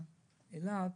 באילת